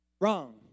wrong